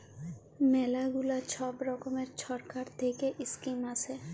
ম্যালা গুলা ছব রকমের ছরকার থ্যাইকে ইস্কিম আসে